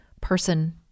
person